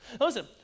Listen